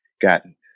gotten